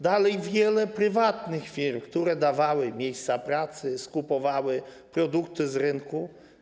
Dalej wiele prywatnych firm, które dawały miejsca pracy, skupowały produkty z rynku.